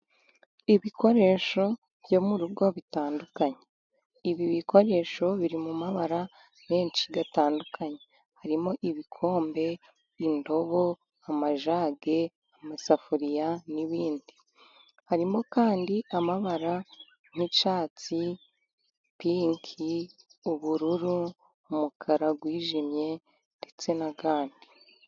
Ibikoresho byo mu rugo bitandukanye. Ibi bikoresho biri mu mabara menshi atandukanye, harimo ibikombe, indobo, amajage, amasafuriya n'ibindi. Harimo kandi amabara nk'icyatsi, pinki, ubururu, umukara wijimye, ndetse n'ayandi.